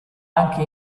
anche